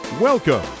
welcome